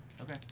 Okay